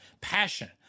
Passion